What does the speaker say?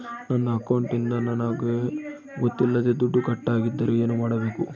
ನನ್ನ ಅಕೌಂಟಿಂದ ನನಗೆ ಗೊತ್ತಿಲ್ಲದೆ ದುಡ್ಡು ಕಟ್ಟಾಗಿದ್ದರೆ ಏನು ಮಾಡಬೇಕು?